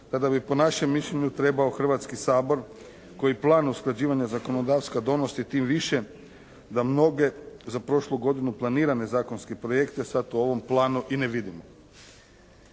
tada bi po našem mišljenju trebao Hrvatski sabor koji plan usklađivanja zakonodavstva donosi tim više da mnoge za prošlu godinu planirane zakonske projekte sada u ovom planu i ne vidimo.